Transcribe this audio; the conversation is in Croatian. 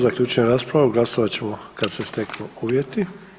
Zaključujem raspravu, glasovat ćemo kad se steknu uvjeti.